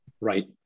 Right